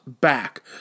back